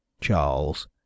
Charles